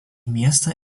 miestą